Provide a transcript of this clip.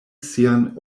sian